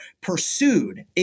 pursued